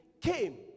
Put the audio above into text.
came